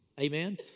Amen